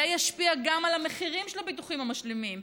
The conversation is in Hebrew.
זה ישפיע גם על המחירים של הביטוחים המשלימים.